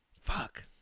Fuck